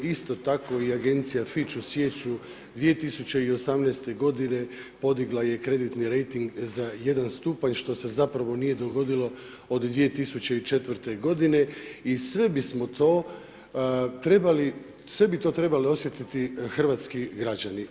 Isto tako i agencija Fitch u siječnju 2018. godine podigla je kreditni rejting za 1 stupanj, što se zapravo nije dogodilo od 2004. godine i sve bismo to trebali, sve bi to trebali osjetiti hrvatski građani.